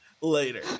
later